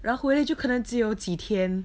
然后回来就可能只有几天